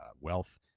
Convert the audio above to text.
wealth